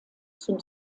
zum